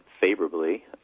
favorably